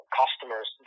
customers